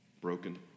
Broken